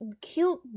cute